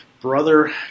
brother